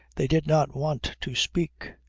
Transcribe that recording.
they did not want to speak.